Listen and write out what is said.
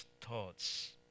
thoughts